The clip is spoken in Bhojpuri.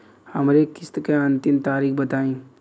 हमरे किस्त क अंतिम तारीख बताईं?